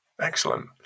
Excellent